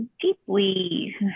deeply